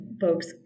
folks